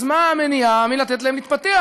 אז מה המניעה מלתת להם להתפתח?